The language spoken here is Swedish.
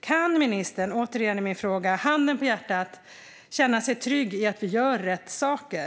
Återigen är min fråga: Kan ministern, handen på hjärtat, känna sig trygg i att vi gör rätt saker?